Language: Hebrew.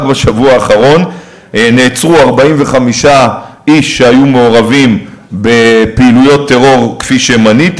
רק בשבוע האחרון נעצרו 45 איש שהיו מעורבים בפעילויות טרור כפי שמניתי.